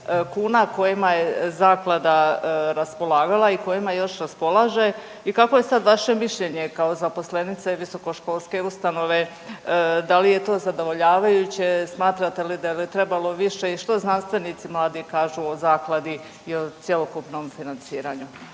kuna kojima je zaklada raspolagala i kojima još raspolaže i kako je sad vaše mišljenje kao zaposlenice visokoškolske ustanove, da li je to zadovoljavajuće, smatrate li da bi trebalo više i što znanstvenici mladi kažu o zakladi i o cjelokupnom financiranju.